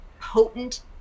potent